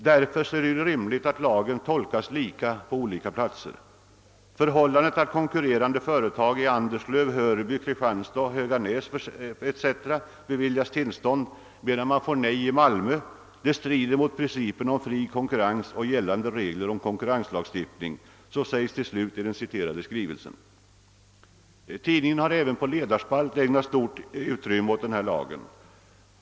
Därför är det rimligt, att lagen tolkas lika på olika platser. »Förhållandet att konkurrerande företag i Anderslöv, Hörby, Kristianstad, Höganäs etc. beviljas tillstånd, medan man får nej i Malmö strider mot principerna om fri konkurrens och gällande regler om konkurrenslagstiftning», sägs till slut i den citerade skrivelsen. Tidningen har även på ledarsidan ägnat stort utrymme åt denna lag.